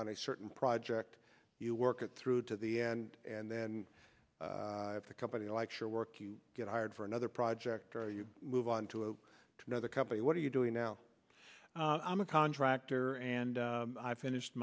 on a certain project you work at through to the end and then the company like sure work you get hired for another project or you move on to another company what are you doing now i'm a contractor and i finished